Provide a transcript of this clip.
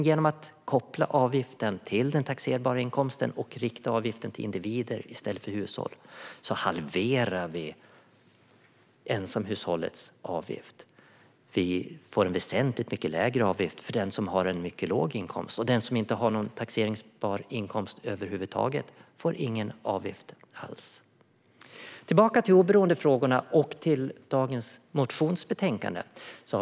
Genom att koppla avgiften till den taxerbara inkomsten och rikta den till individer i stället för hushåll halverar vi ensamhushållets avgift. Avgiften blir väsentligt lägre för den som har en mycket låg inkomst, och den som inte har någon taxerbar inkomst över huvud taget får ingen avgift alls. Tillbaka till oberoendefrågorna och till dagens motionsbetänkande.